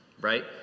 right